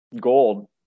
gold